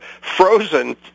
frozen